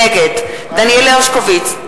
נגד דניאל הרשקוביץ,